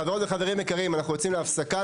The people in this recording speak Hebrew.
חברות וחברים יקרים, אנחנו יוצאים להפסקה.